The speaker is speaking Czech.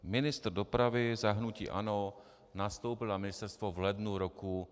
Ministr dopravy za hnutí ANO nastoupil na ministerstvo v lednu roku 2014.